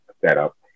setup